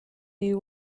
you